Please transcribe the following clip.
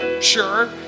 Sure